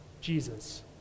Jesus